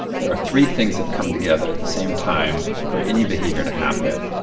there are three things that come together at the same time for any behavior to happen.